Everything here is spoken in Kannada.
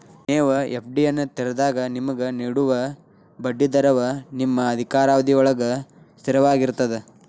ನೇವು ಎ.ಫ್ಡಿಯನ್ನು ತೆರೆದಾಗ ನಿಮಗೆ ನೇಡುವ ಬಡ್ಡಿ ದರವ ನಿಮ್ಮ ಅಧಿಕಾರಾವಧಿಯೊಳ್ಗ ಸ್ಥಿರವಾಗಿರ್ತದ